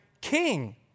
king